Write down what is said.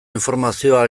informazioa